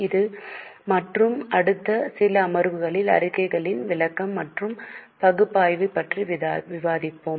இது மற்றும் அடுத்த சில அமர்வுகளில் அறிக்கைகளின் விளக்கம் மற்றும் பகுப்பாய்வு பற்றி விவாதிப்போம்